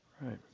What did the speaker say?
Right